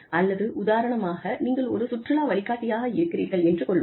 அல்லது உதாரணமாக நீங்கள் ஒரு சுற்றுலா வழிகாட்டியாக இருக்கிறீகள் என்று கொள்வோம்